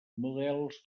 models